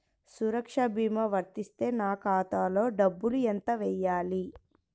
సురక్ష భీమా వర్తిస్తే నా ఖాతాలో డబ్బులు ఎంత వేయాలి?